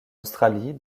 australie